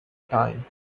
time